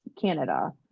Canada